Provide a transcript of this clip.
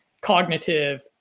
cognitive